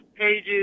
pages